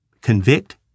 convict